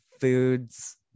foods